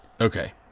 Okay